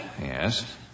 Yes